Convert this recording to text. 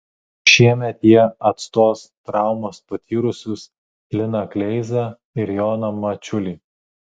šiemet jie atstos traumas patyrusius liną kleizą ir joną mačiulį